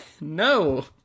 No